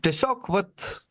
tiesiog vat